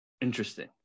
Interesting